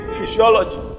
Physiology